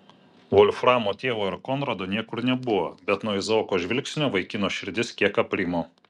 volframo tėvo ir konrado niekur nebuvo bet nuo izaoko žvilgsnio vaikino širdis kiek aprimo